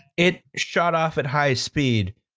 it shot off at high speed,